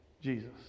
Jesus